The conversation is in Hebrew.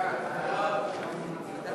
ההצעה